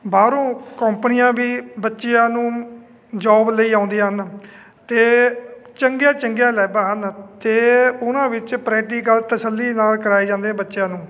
ਬਾਹਰੋਂ ਕੰਪਨੀਆਂ ਵੀ ਬੱਚਿਆਂ ਨੂੰ ਜੋਬ ਲਈ ਆਉਂਦੀਆਂ ਹਨ ਅਤੇ ਚੰਗੀਆਂ ਚੰਗੀਆਂ ਲੈਬਾਂ ਹਨ ਅਤੇ ਉਨ੍ਹਾਂ ਵਿੱਚ ਪ੍ਰੈਕਟੀਕਲ ਤਸੱਲੀ ਨਾਲ ਕਰਾਏ ਜਾਂਦੇ ਬੱਚਿਆਂ ਨੂੰ